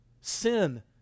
Sin